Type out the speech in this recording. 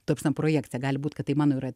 ta prasme projekcija gali būt kad tai mano yra